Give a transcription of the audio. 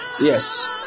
Yes